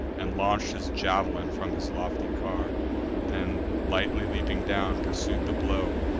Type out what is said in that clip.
and launch'd his jav'lin from his lofty car then lightly leaping down, pursued the blow,